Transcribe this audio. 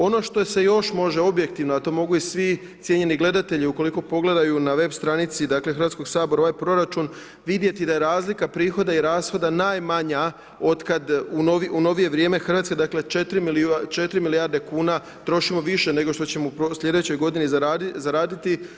Ono što se još može objektivno, a to mogu i svi cijenjeni gledatelji, ukoliko pogledaju na web stranici Hrvatskog sabora ovaj proračun, vidjeti da je razlika prihoda i rashoda najmanja od kada u novije vrijeme Hrvatske, dakle 4 milijarde kn trošimo više nego što ćemo sljedeće g. zaraditi.